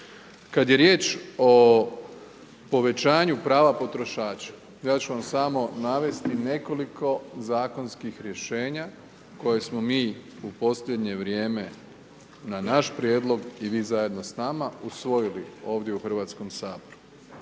Kad je riječ o povećanja prava potrošača, ja ću vam samo navesti nekoliko zakonskih rješenja koja smo mi u posljednje vrijeme na naš prijedlog i vi zajedno s nama, usvojili ovdje u Hrvatskom saboru.